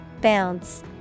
Bounce